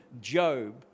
Job